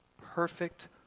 perfect